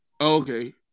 Okay